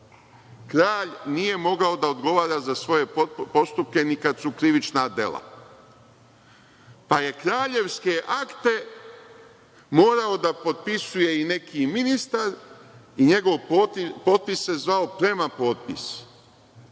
Kralj nije mogao da odgovara za svoje postupke ni kad su krivična dela, pa je kraljevske akte morao da potpisuje neki ministar i njegov potpis se zvao „premapotpis“.